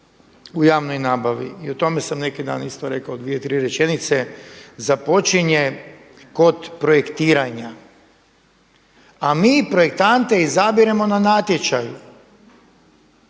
u javnom nabavi o tome sam neki dan isto rekao dvije, tri rečenice započinje kod projektiranja, a mi projektante izabiremo na natječaju.